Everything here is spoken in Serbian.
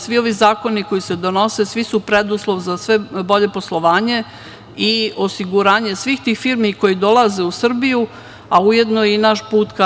Svi ovi zakoni koji se donose su preduslov za bolje poslovanje i osiguranje svih tih firmi koje dolaze u Srbiju, a ujedno i naš put ka EU.